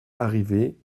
arrivé